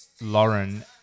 Lauren